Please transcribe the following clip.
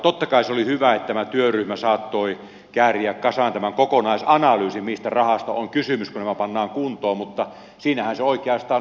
totta kai se oli hyvä että tämä työryhmä saattoi kääriä kasaan tämän kokonaisanalyysin mistä rahasta on kysymys kun nämä pannaan kuntoon mutta siinähän se oikeastaan onkin